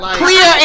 clear